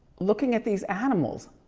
looking at these animals.